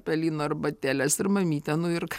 pelyno arbatėles ir mamyte nu ir